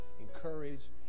encourage